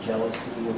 Jealousy